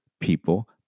people